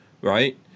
right